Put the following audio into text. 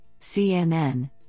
CNN